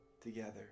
together